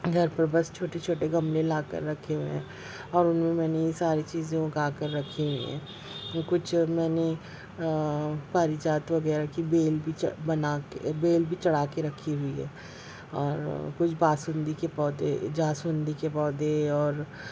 گھر پر بس چھوٹے چھوٹے گملے لا کر رکھے ہوئے ہیں اور ان میں نے یہ ساری چیزیں اگا کر رکھی ہوئی ہیں جو کچھ میں نے فریجات وغیرہ کی بیل بھی چڑھ بنا کے بیل بھی چڑھا کے رکھی ہوئی ہے اور کچھ باسندی کے پودے جاسندی کے پودے اور